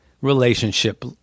relationship